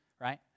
right